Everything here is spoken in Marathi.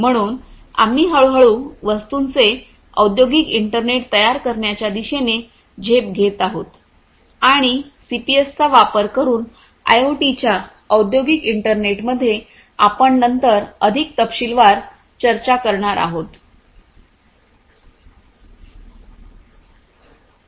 म्हणून आम्ही हळूहळू वस्तूंचे औद्योगिक इंटरनेट तयार करण्याच्या दिशेने झेप घेत आहोत आणि सीपीएसचा वापर करून आयओओटीच्या औद्योगिक इंटरनेटमध्ये आपण नंतर अधिक तपशीलवार चर्चा करणार आहोत